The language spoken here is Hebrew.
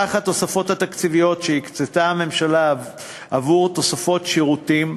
סך התוספות התקציביות שהקצתה הממשלה עבור תוספות שירותים,